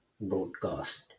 broadcast